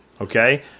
okay